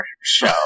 show